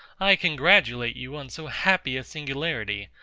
i congratulate you on so happy a singularity.